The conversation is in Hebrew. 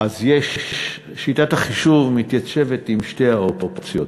שיטת החישוב מתיישבת עם שתי האופציות.